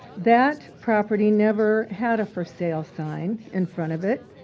that property never had a for sale sign in front of it.